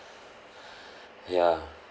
ya